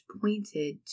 pointed